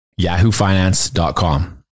yahoofinance.com